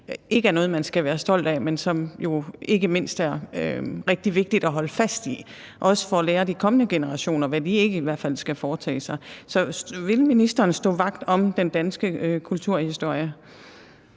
ikke er noget, som man skal være stolt af, men som jo ikke mindst er rigtig vigtige at holde fast i, også for at lære de kommende generationer, hvad de hvert fald ikke skal foretage sig. Så vil ministeren stå vagt om den danske kulturhistorie?